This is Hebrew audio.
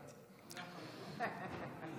אדוני היושב-ראש